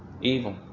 Evil